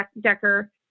Decker